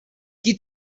qui